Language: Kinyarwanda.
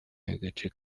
y’agace